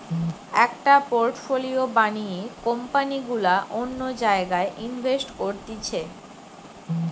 একটা পোর্টফোলিও বানিয়ে কোম্পানি গুলা অন্য জায়গায় ইনভেস্ট করতিছে